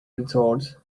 retort